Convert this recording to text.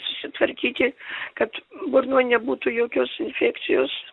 susitvarkyti kad burnoj nebūtų jokios infekcijos